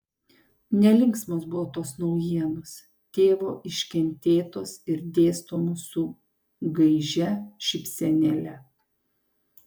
nelinksmos buvo tos naujienos tėvo iškentėtos ir dėstomos su gaižia šypsenėle